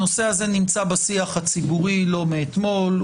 הנושא הזה נמצא בשיח הציבורי לא מאתמול.